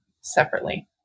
separately